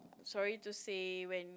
sorry to say when